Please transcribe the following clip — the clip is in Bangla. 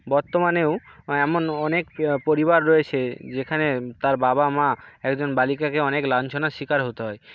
বর্তমানেও এমন অনেক পরিবার রয়েছে যেখানে তার বাবা মা একজন বালিকাকে অনেক লাঞ্ছনার শিকার হতে হয়